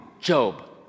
Job